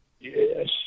Yes